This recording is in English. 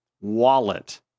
wallet